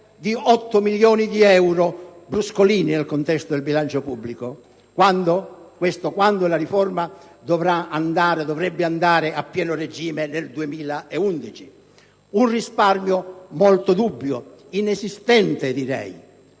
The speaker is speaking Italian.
di 8 milioni di euro (bruscolini nel contesto del bilancio pubblico) quando la riforma-sfascio dovrebbe andare a pieno regime nel 2011. Un risparmio molto dubbio. Appena pochi